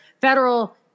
federal